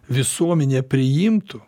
visuomenė priimtų